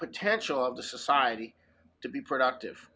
potential of the society to be productive